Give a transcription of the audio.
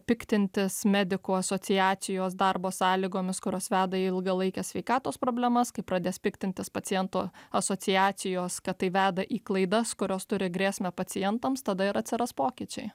piktintis medikų asociacijos darbo sąlygomis kurios veda į ilgalaikes sveikatos problemas kai pradės piktintis pacientų asociacijos kad tai veda į klaidas kurios turi grėsmę pacientams tada ir atsiras pokyčiai